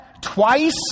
twice